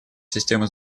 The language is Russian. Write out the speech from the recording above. системы